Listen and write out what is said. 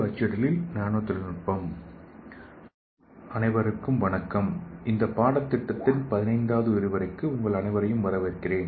அனைவருக்கும் வணக்கம் இந்த பாடத்தின் 15 வது விரிவுரைக்கு உங்கள் அனைவரையும் வரவேற்கிறேன்